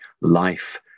life